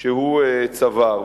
שהוא צבר.